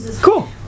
Cool